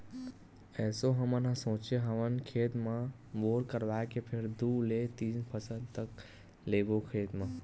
एसो हमन ह सोचे हवन खेत म बोर करवाए के फेर दू ले तीन फसल तक लेबो खेत म